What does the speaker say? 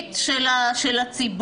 הנפשית של הציבור,